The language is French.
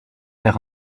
air